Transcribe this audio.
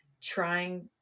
trying